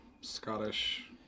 Scottish